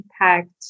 impact